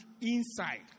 inside